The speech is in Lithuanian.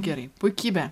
gerai puikybė